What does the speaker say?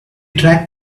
track